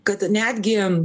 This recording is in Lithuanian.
kad netgi